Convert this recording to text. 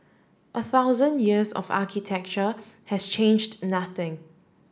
a thousand years of architecture has changed nothing